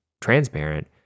transparent